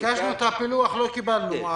ביקשנו את הפילוח ולא קיבלנו.